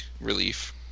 relief